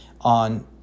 on